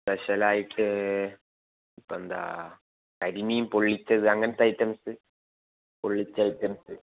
സ്പെഷ്യലായിട്ട് ഇപ്പം എന്താ കരിമീൻ പൊള്ളിച്ചത് അങ്ങനത്തെ ഐറ്റംസ് പൊള്ളിച്ച ഐറ്റംസ്